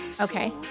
Okay